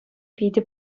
питӗ